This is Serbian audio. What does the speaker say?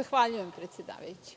Zahvaljujem predsedavajući.